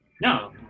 No